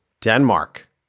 Denmark